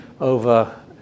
over